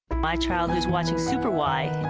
my child was watching super why!